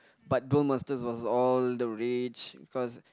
but duel-masters was all the rage because